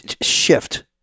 shift